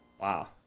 Wow